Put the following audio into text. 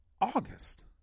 August